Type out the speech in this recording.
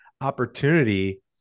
opportunity